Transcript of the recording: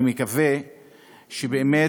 אני מקווה שבאמת